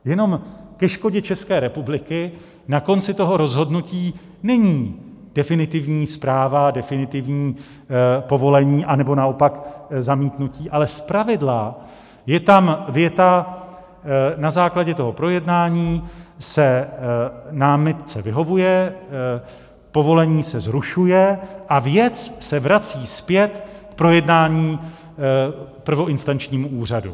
Jenom ke škodě České republiky na konci toho rozhodnutí není definitivní zpráva, definitivní povolení, anebo naopak zamítnutí, ale zpravidla je tam věta: Na základě projednání se námitce vyhovuje, povolení se zrušuje a věc se vrací zpět k projednání prvoinstančnímu úřadu.